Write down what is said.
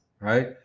right